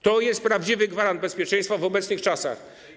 To jest prawdziwy gwarant bezpieczeństwa w obecnych czasach.